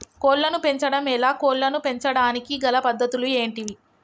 కోళ్లను పెంచడం ఎలా, కోళ్లను పెంచడానికి గల పద్ధతులు ఏంటివి?